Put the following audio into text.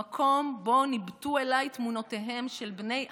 במקום שבו ניבטו אליי תמונותיהם של בני עמי,